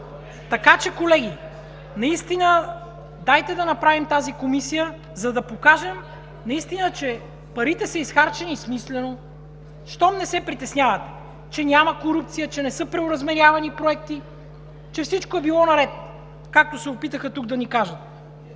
ДАНЧЕВ: Колеги, дайте да направим тази комисия, за да покажем, че парите са изхарчени смислено, щом не се притеснявате, че няма корупция, че не са преоразмерявани проекти, че всичко е било наред, както се опитаха тук да ни кажат.